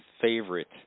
favorite